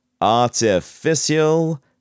Artificial